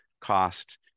cost